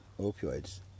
opioids